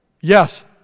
Yes